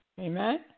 Amen